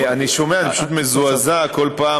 אני שומע, אני פשוט מזועזע כל פעם